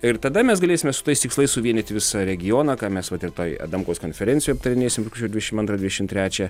ir tada mes galėsime su tais tikslais suvienyti visą regioną ką mes vat ir toj adamkaus konferencijoj aptarinėsim rugpjūčio dvidešim antrą dvidešim trečią